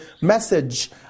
message